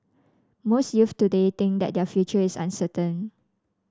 most youths today think that their future is uncertain